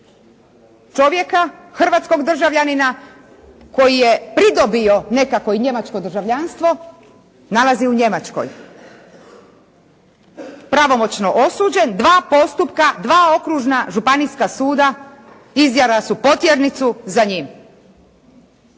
čovjeka, hrvatskog državljanina koji je pridobio nekako i njemačko državljanstvo nalazi u Njemačko, pravomoćno osuđen. Dva postupka, dva okružna županijska suda izdala su potjernicu za njim.